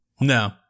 No